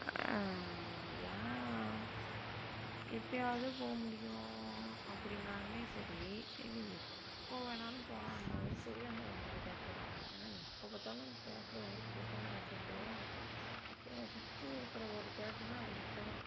ஏன் எப்போயாவது போக முடியும் அப்படினாலுமே சரி இல்லை எப்போ வேணாலும் போலைனாலும் சரி அந்த அந்த தியேட்ரு தான் ஏனால் எப்போ பார்த்தாலும் அந்த தியேட்டரு வந்து கூட்டமாக இருந்துக்கிட்டே தான் இருக்கும் எங்களை சுற்றி இருக்கிற ஒரு தியேட்டர்னால் அது மட்டும்தான்